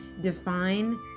define